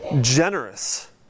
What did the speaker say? generous